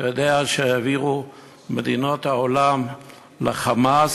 אתה יודע שמדינות העולם העבירו ל"חמאס",